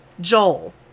Joel